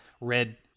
Red